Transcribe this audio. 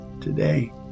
today